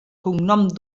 cognom